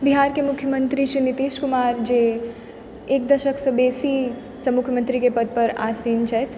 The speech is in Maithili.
बिहारके मुख्यमंत्री श्री नीतीश कुमार जे एकदसकसँ बेसीसँ मुख्यमंत्रीके पद पर आसिन छथि